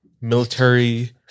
military